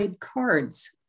cards